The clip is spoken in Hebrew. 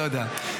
לא יודע.